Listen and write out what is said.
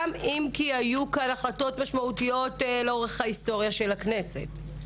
גם אם היו כאן החלטות משמעותיות לאורך ההיסטוריה של הכנסת.